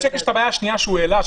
בשיק יש את הבעיה השנייה שהוא העלה,